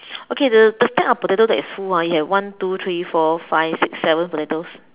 okay the the stack of potatoes that is full ah you have one two three four five six seven seven potatoes